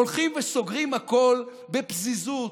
הולכים וסוגרים הכול בפזיזות.